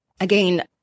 again